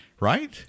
Right